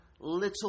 little